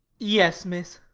yes, miss.